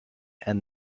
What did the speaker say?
and